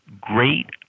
Great